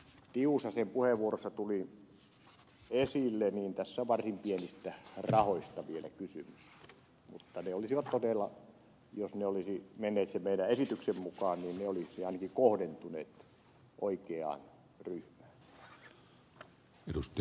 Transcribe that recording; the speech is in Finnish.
tiusasen puheenvuorossa tuli esille niin tässä on varsin pienistä rahoista vielä kysymys mutta ne olisivat todella jos ne olisivat menneet sen meidän esityksemme mukaan niin ne olisivat ainakin kohdentuneet oikeaan ryhmään